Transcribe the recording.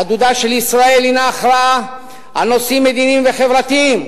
יהדותה של ישראל הינה הכרעה על נושאים מדיניים וחברתיים.